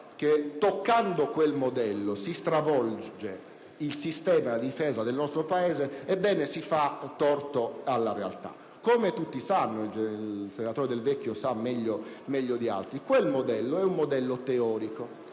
che toccando quel modello si stravolge il sistema difesa del nostro Paese, si fa torto alla realtà. Come tutti sanno - e come il senatore Del Vecchio sa meglio di altri - quello è un modello teorico